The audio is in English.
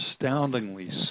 astoundingly